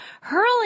hurling